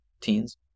teens